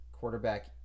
quarterback